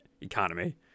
economy